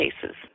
cases